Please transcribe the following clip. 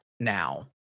Now